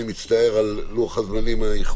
אני מצטער על האיחורים,